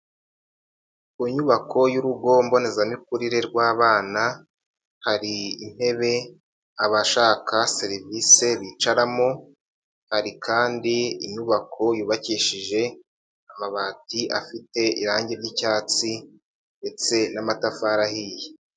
Ku nyubako y'urugo mbonezamikurire rw'abana hari intebe abashaka serivisi bicaramo, hari kandi inyubako yubakishije amabati afite irangi ry'icyatsi ndetse n'amatafari ahiye.